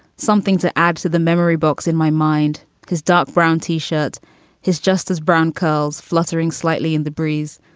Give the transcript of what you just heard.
some things that add to the memory box in my mind because doc brown t shirt is just as brown curls fluttering slightly in the breeze,